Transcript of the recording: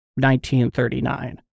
1939